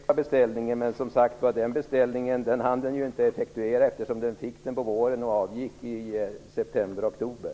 Fru talman! Än värre att behöva upprepa beställningen. Men den beställningen hann ju inte den förra regeringen effektuera, eftersom den kom på våren och regeringen avgick i september-oktober.